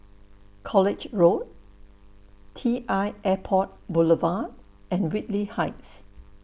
College Road T L Airport Boulevard and Whitley Heights